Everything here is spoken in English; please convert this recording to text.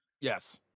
Yes